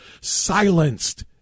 silenced